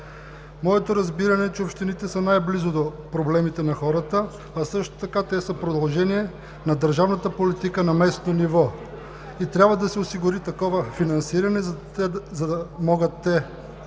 Моето разбиране е, че общините са най-близо до проблемите на хората, а също така те са продължение на държавната политика на местно ниво. Трябва да се осигури такова финансиране, за да могат те